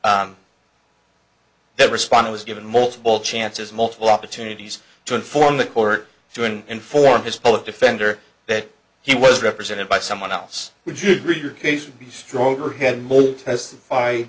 argument that responder was given multiple chances multiple opportunities to inform the court so in informed his public defender that he was represented by someone else would you agree your case would be stronger had more testify